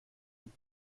und